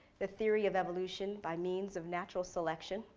the theory of evolution by means of natural selection.